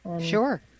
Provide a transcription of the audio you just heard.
Sure